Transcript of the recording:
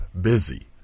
busy